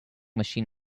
machine